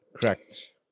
Correct